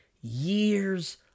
years